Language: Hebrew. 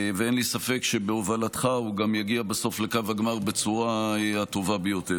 ואין לי ספק שבהובלתך הוא גם יגיע בסוף לקו הגמר בצורה הטובה ביותר.